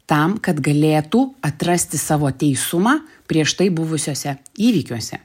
tam kad galėtų atrasti savo teisumą prieš tai buvusiuose įvykiuose